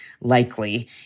likely